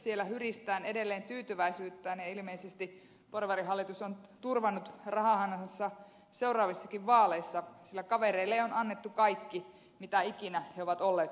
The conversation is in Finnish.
siellä hyristään edelleen tyytyväisyyttä ja ilmeisesti porvarihallitus on turvannut rahahanansa seuraavissakin vaaleissa sillä kavereille on annettu kaikki mitä ikinä he ovat olleetkaan vailla